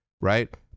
right